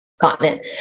continent